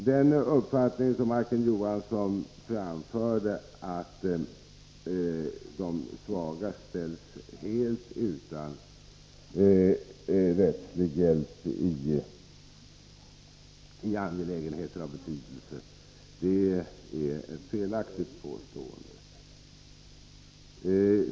Den uppfattning som Majken Johansson framförde, att framför allt de svaga ställs helt utan stöd i rättegången är med hänvisning till vad jag tidigare anfört felaktig.